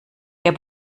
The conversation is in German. der